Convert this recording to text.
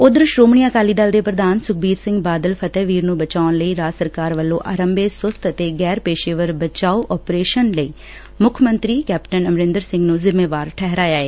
ਉੱਧਰ ਸ੍ਰੋਮਣੀ ਅਕਾਲੀ ਦਲ ਦੇ ਪ੍ਰਧਾਨ ਸੁਖਬੀਰ ਸਿੰਘ ਬਾਦਲ ਫਤਿਹਵੀਰ ਨੂੰ ਬਚਾਉਣ ਲਈ ਰਾਜ ਸਰਕਾਰ ਵੱਲੋ ਆਰੰਭੇ ਸੁਸਤ ਅਤੇ ਗੈਰ ਪੇਸ਼ੇਵਰ ਬਚਾਓ ਆਪਰੇਸ਼ਨ ਲਈ ਮੁੱਖ ਮੰਤਰੀ ਅਮਰਿੰਦਰ ਸਿੰਘ ਨੂੰ ਜ਼ਿੰਮੇਵਾਰ ਠਹਿਰਾਇਆ ਐ